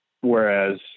whereas